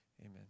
amen